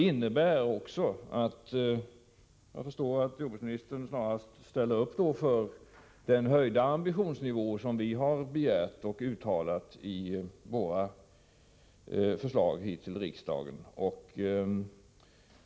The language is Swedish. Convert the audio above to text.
Jag fö att jordbruksministern ställer sig bakom den höjda ambitionsnivå som vi har begärt och uttalat oss för i våra förslag här i riksdagen.